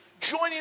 joining